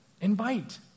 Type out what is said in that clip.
Invite